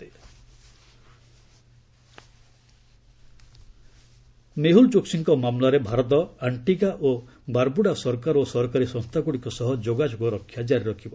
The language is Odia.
ମେହୁଲ୍ ଚୋକ୍ସି ମେହୁଲ୍ ଚୋକ୍ସିଙ୍କ ମାମଲାରେ ଭାରତ ଆଣ୍ଟିଗା ଓ ବାରବୁଡ଼ା ସରକାର ଓ ସରକାରୀ ସଂସ୍ଥାଗୁଡ଼ିକ ସହ ଯୋଗାଯୋଗ ରକ୍ଷା କାରି ରଖିବ